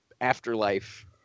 Afterlife